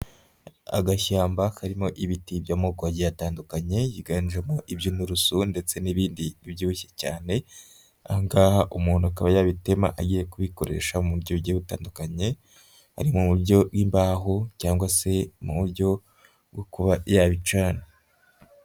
Agashyamba karimo ibiti by'amoko agiye atandukanye yiganjemo iby'inturusu ndetse n'ibindi bibyibushye cyane, aha ngaha umuntu akaba yabitema agiye kubikoresha mu buryo bugiye butandukanye, ari mu buryo bw'imbaho cyangwa se mu buryo bwo kuba yabicana.